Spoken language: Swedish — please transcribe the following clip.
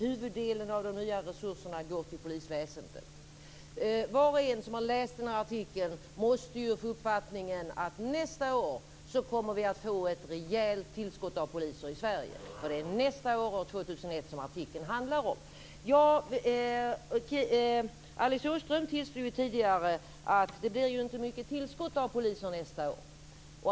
Huvuddelen av de nya resurserna går till polisväsendet. Var och en som läst artikeln måste få uppfattningen att vi nästa år kommer att få ett rejält tillskott av poliser i Sverige. Artikeln handlar om nästa år, 2001. Alice Åström tillstod tidigare att det inte blir något stort tillskott av poliser nästa år.